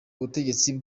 ubutegetsi